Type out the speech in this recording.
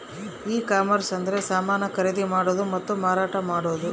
ಈ ಕಾಮರ್ಸ ಅಂದ್ರೆ ಸಮಾನ ಖರೀದಿ ಮಾಡೋದು ಮತ್ತ ಮಾರಾಟ ಮಾಡೋದು